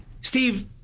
Steve